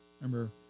Remember